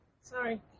Sorry